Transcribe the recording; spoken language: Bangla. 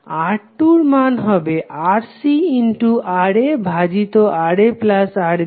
R2 এর মান হবে RcRa ভাজিত RaRbRc